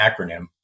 acronym